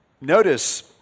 Notice